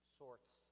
sorts